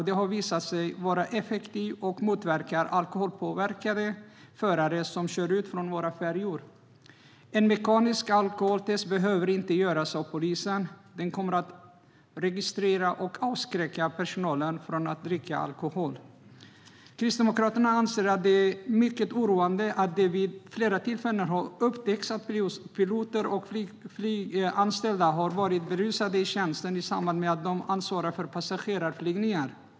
Det har visat sig vara effektivt och motverkar alkoholpåverkade förare som kör ut från våra färjor. Ett mekaniskt alkoholtest behöver inte göras av polisen. Den kommer att registrera och avskräcka personal från att dricka alkohol. Kristdemokraterna anser att det är mycket oroande att det vid flera tillfällen har upptäckts att piloter och flyganställda har varit berusade i tjänsten i samband med att de ansvarar för passagerarflygningar.